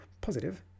positive